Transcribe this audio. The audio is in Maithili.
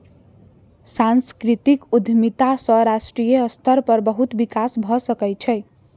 सांस्कृतिक उद्यमिता सॅ राष्ट्रीय स्तर पर बहुत विकास भ सकै छै